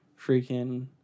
freaking